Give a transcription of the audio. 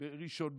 בראשון,